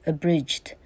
Abridged